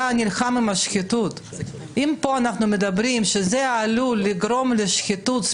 אתה נלחם עם השחיתות אם פה אנחנו אומרים שזה עלול לגרום לשחיתות,